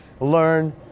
learn